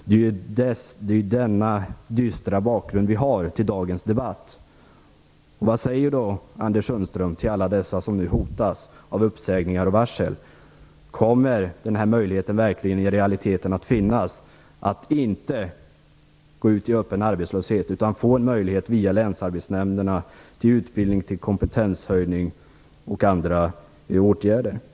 Det är denna dystra bakgrund vi har till dagens debatt. Vad säger då Anders Sundström till alla dessa som nu hotas av uppsägningar och varsel? Kommer den här möjligheten verkligen att finnas i realiteten så att människor inte går ut i öppen arbetslöshet utan via länsarbetsnämnderna får en möjlighet till utbildning, kompetenshöjning och andra åtgärder?